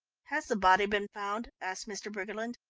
has the body been found? asked mr. briggerland.